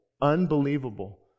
unbelievable